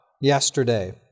yesterday